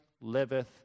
liveth